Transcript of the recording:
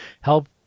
help